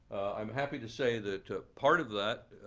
i'm happy to say that ah part of that,